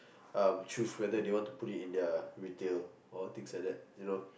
um choose whether they want to put it in their retail or things like that you know